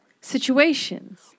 situations